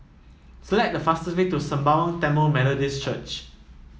select the fastest way to Sembawang Tamil Methodist Church